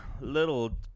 little